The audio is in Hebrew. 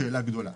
זו שאלה גדולה.